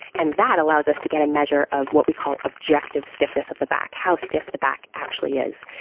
and that allows us to get a measure of what we call objective stiffness of the back, how stiff the back actually is.